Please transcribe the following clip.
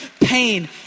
pain